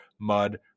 mud